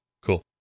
Cool